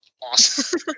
awesome